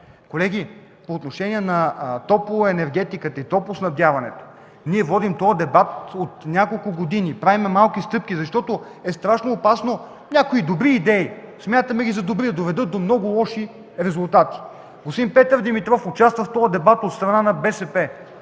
Колеги, по отношение на топлоенергетиката и топлоснабдяването – ние водим този дебат от няколко години, правим малки стъпки, защото е страшно опасно някои добри идеи – смятаме ги за добри, да доведат до много лоши резултати. Господин Петър Димитров участва в този дебат от страна на БСП,